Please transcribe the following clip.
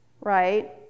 right